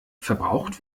verbraucht